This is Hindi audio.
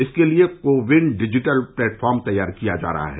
इसके लिए को विन डिजिटल प्लेटफॉर्म तैयार किया गया है